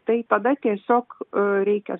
tai tada tiesiog reikia